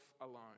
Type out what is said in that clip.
alone